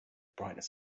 brightness